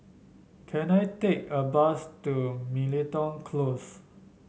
can I take a bus to Miltonia Close